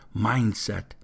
mindset